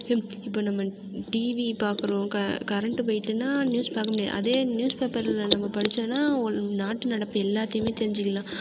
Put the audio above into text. இப் இப்போ நம்ம டிவி பார்க்குறோம் கரண்ட்டு போய்விட்டுன்னா நியூஸ் பார்க்க முடியாது அதே நியூஸ் பேப்பரில் நம்ம படித்தோம்னா நாட்டு நடப்பு எல்லாத்தையுமே தெரிஞ்சுக்கலாம்